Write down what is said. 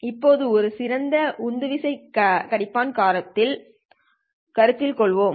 இப்போது ஒரு சிறந்த உந்துவிசை கண்டுபிடிப்பான் கருத்தில் கொள்வோம்